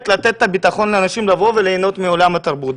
לתת את הביטחון לאנשים לבוא וליהנות מעולם התרבות.